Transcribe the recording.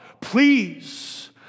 please